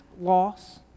loss